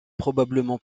probablement